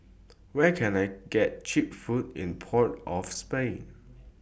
Where Can I get Cheap Food in Port of Spain